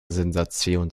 sensation